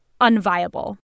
unviable